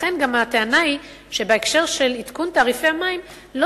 לכן גם הטענה היא שבהקשר של עדכון תעריפי המים לא